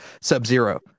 Sub-Zero